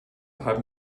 haben